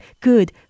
good